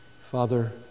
Father